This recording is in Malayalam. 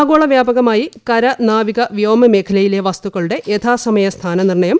ആഗോള വ്യാപകമായി കര നാവിക വ്യോമ മേഖലയിലെ വസ്തുക്കളുടെ യഥാസമയ സ്ഥാന നിർണയം